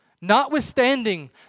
notwithstanding